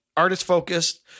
Artist-focused